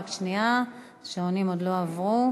רק שנייה, השעונים עוד לא עברו.